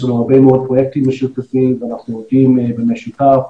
יש לנו הרבה מאוד פרויקטים משותפים ואנחנו עובדים במשותף.